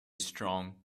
strong